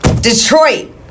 Detroit